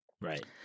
Right